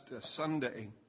Sunday